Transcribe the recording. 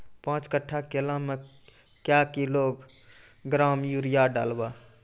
पाँच कट्ठा केला मे क्या किलोग्राम यूरिया डलवा?